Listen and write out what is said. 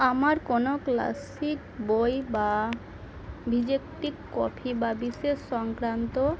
আমার কোনো ক্লাসিক বই বা ডিটেকটিক কপি বা বিশেষ সংক্রান্ত